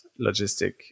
logistic